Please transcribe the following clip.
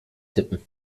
tippen